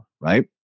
right